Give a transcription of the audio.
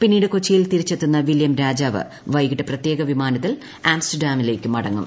പിന്നീട് കൊച്ചിയിൽ തിരിച്ചെത്തുന്ന വില്യം രാജാവ് വൈകിട്ട് പ്രത്യേക വിമാനത്തിൽ ആംസ്റ്റർഡാമിലേക്ക് മടങ്ങും